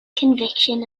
conviction